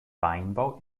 weinbau